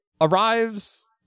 arrives